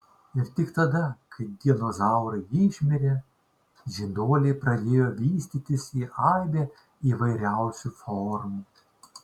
ir tik tada kai dinozaurai išmirė žinduoliai pradėjo vystytis į aibę įvairiausių formų